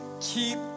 keep